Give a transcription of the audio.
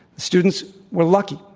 students were lucky.